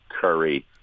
Curry